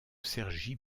cergy